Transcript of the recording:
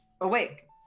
awake